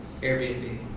Airbnb